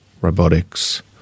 robotics